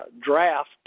draft